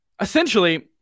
essentially